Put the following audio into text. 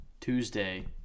Tuesday